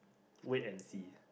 wait and see